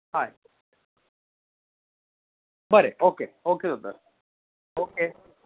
हय okay okay दोतर okay